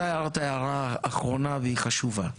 אתה הערת הערה אחרונה והיא חשובה,